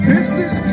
Business